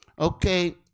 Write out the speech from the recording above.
Okay